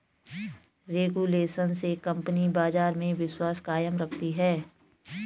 regulation से company बाजार में विश्वास कायम रखती है